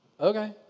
okay